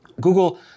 Google